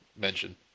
mention